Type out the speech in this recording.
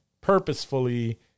purposefully